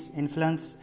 influence